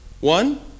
One